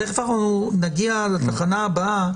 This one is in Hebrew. תכף נגיע לתחנה הבאה,